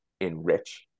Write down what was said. enrich